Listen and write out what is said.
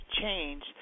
change